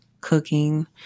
cooking